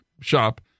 shop